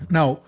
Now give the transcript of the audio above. Now